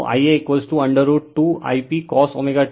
तोIa√2I p cosω t θ हैं